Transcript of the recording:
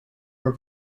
were